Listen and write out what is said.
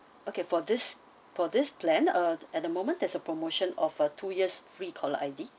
okay for this for this plan err at the moment there's a promotion of a two years free caller I_D